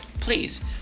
please